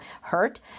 hurt